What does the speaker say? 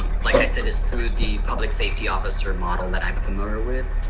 like i said it's true, the public safety officer model that i'm familiar with,